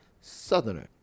southerner